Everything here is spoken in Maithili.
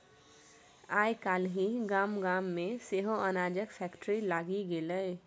आय काल्हि गाम गाम मे सेहो अनाजक फैक्ट्री लागि गेलै